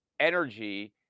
energy